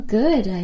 good